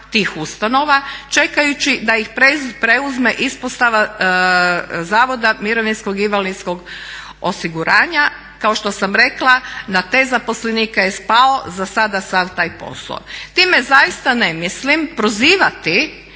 tih ustanova čekajući da ih preuzme ispostava Zavoda mirovinskog i invalidskog osiguranja. Kao što sam rekla na te zaposlenike je spao zasada sav taj posao. Time zaista ne mislim prozivati